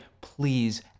please